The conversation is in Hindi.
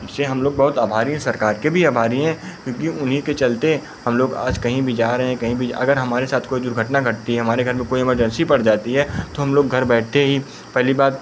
जिससे हम लोग बहुत आभारी हैं सरकार के भी आभारी हैं क्योंकि उन्हीं के चलते हम लोग आज कहीं भी जा रहे हैं कहीं भी अगर हमारे साथ कोई दुर्घटना घटती है हमारे घर में कोई एमरजेन्सी पड़ जाती है तो हम लोग घर बैठे ही पहली बात